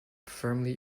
firmly